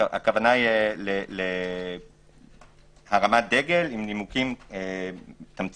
הכוונה היא להרמת דגל עם נימוקים תמציתיים